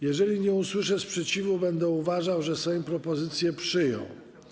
Jeżeli nie usłyszę sprzeciwu, będę uważał, że Sejm propozycję przyjął.